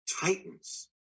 titans